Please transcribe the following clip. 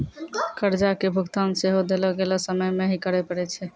कर्जा के भुगतान सेहो देलो गेलो समय मे ही करे पड़ै छै